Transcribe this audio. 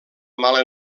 mala